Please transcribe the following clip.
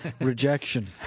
rejection